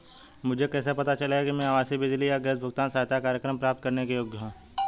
मुझे कैसे पता चलेगा कि मैं आवासीय बिजली या गैस भुगतान सहायता कार्यक्रम प्राप्त करने के योग्य हूँ?